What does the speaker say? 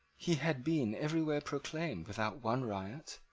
he had been everywhere proclaimed without one riot,